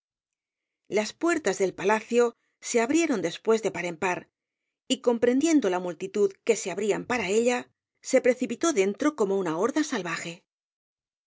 las puertas del palacio se abrieron después de par en par y comprendiendo la multitud que se abrían para ella se precipitó dentro como una horda salvaje